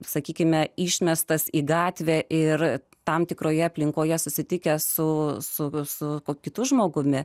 sakykime išmestas į gatvę ir tam tikroje aplinkoje susitikę su saugiu su kitu žmogumi